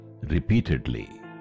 repeatedly